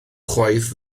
chwaith